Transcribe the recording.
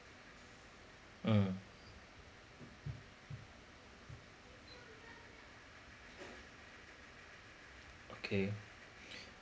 mm okay